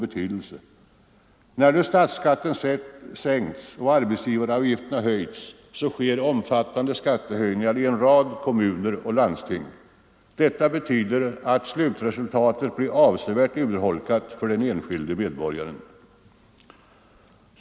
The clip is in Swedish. När nu statsskatten sänkts och arbetsgivaravgifterna höjts, sker omfattande skattehöjningar i en rad kommuner och landsting. Detta betyder att slutresultatet blir avsevärt urholkat för den enskilde medborgaren.